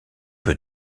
peu